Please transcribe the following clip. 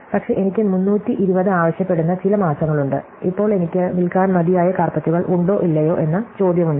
പക്ഷേ എനിക്ക് 320 ആവശ്യപ്പെടുന്ന ചില മാസങ്ങളുണ്ട് ഇപ്പോൾ എനിക്ക് വിൽക്കാൻ മതിയായ കാര്പെറ്റുകൾ ഉണ്ടോ ഇല്ലയോ എന്ന ചോദ്യമുണ്ട്